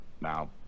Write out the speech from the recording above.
Now